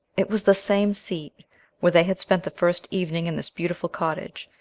it was the same seat where they had spent the first evening in this beautiful cottage,